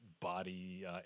body